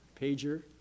pager